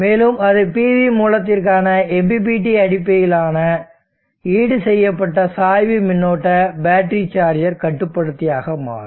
மேலும் அது PV மூலத்திற்கான MPPT அடிப்படையிலான ஈடுசெய்யப்பட்ட சாய்வு மின்னோட்ட பேட்டரி சார்ஜர் கட்டுப்படுத்தியாக மாறும்